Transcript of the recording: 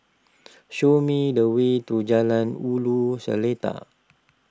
show me the way to Jalan Ulu Seletar